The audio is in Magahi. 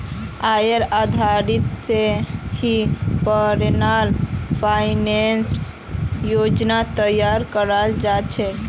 आयेर आधारत स ही पर्सनल फाइनेंसेर योजनार तैयारी कराल जा छेक